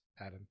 adam